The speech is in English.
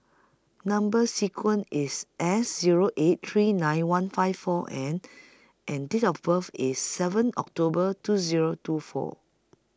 Number sequence IS S Zero eight three nine one five four N and Date of birth IS seven October two Zero two four